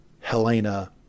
Helena